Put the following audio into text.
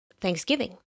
Thanksgiving